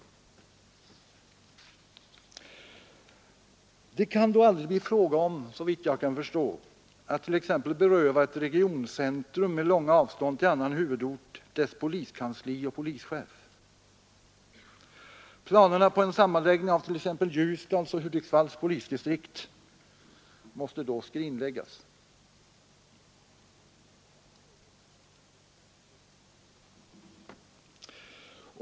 Det kan då såvitt jag kan förstå, aldrig bli fråga om att t.ex. beröva ett regioncentrum med långa avstånd till annan huvudort dess poliskansli och polischef. Planerna på en sammanläggning av t.ex. Ljusdals och Hudiksvalls polisdistrikt måste då skrinläggas.